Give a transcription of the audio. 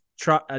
try